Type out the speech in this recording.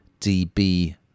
DB